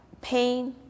pain